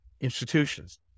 institutions